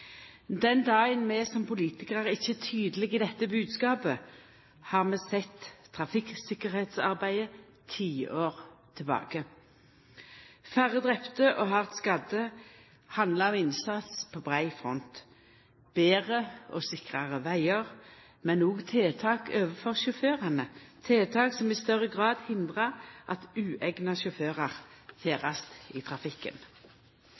Den dagen vi som politikarar ikkje er tydelege i denne bodskapen, har vi sett trafikktryggleiksarbeidet tiår tilbake. Færre drepne og hardt skadde handlar om innsats på brei front: betre og sikrare vegar, men òg tiltak overfor sjåførane – tiltak som i større grad hindrar at ueigna sjåførar ferdast i trafikken.